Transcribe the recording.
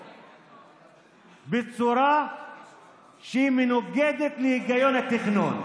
בצורה שהיא מנוגדת להגיון התכנון.